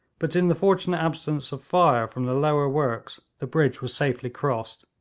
but in the fortunate absence of fire from the lower works the bridge was safely crossed,